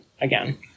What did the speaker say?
again